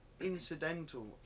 incidental